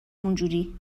اونجوری